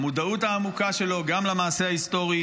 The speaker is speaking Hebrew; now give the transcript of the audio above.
המודעות העמוקה שלו גם למעשה ההיסטורי